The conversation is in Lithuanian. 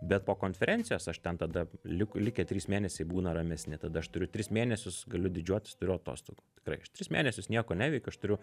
bet po konferencijos aš ten tada liku likę trys mėnesiai būna ramesni tada aš turiu tris mėnesius galiu didžiuotis turiu atostogų tikrai aš tris mėnesius nieko neveikiu aš turiu